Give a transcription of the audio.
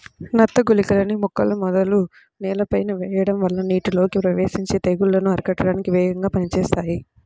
నత్త గుళికలని మొక్కల మొదలు నేలపైన వెయ్యడం వల్ల నీటిలోకి ప్రవేశించి తెగుల్లను అరికట్టడానికి వేగంగా పనిజేత్తాయి